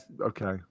Okay